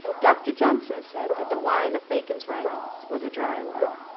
dr. johnson said that the wine of bacon's writings was a dry wine.